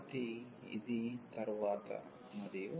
కాబట్టి ఇది తరువాత మరియు